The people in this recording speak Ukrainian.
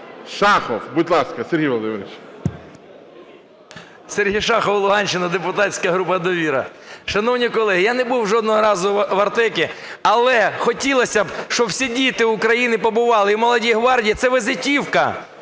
Сергій Шахов, Луганщина, депутатська група "Довіра". Шановні колеги, я не був жодного разу в "Артеку", але хотілося б, щоб всі діти України побували і в "Молодій гвардії", це візитівка